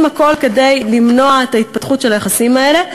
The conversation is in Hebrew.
הכול כדי למנוע את ההתפתחות של היחסים האלה,